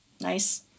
Nice